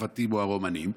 הצרפתים או הרומנים.